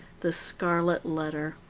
the scarlet letter.